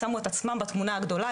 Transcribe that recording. שמו את עצמם בתמונה הגדולה,